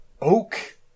oak